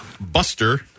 Buster